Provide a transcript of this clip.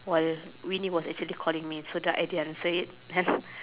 while Winnie was actually calling me so that I didn't answer it have